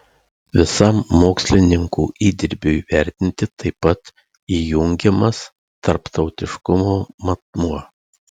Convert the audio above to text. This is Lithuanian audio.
visam mokslininkų įdirbiui vertinti taip pat įjungiamas tarptautiškumo matmuo